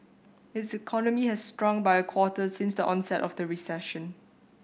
its economy has shrunk by a quarter since the onset of the recession